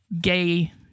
gay